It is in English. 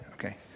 Okay